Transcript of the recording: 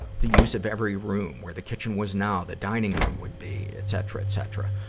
the the use of every room where the kitchen was now, the dining room would be, etcetera, etcetera.